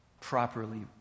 properly